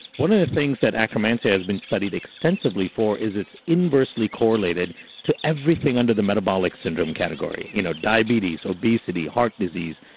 one of the things that akkermansia has been studied extensively for is it's inversely correlated to everything under the metabolic syndrome category. you know, diabetes, obesity, heart disease,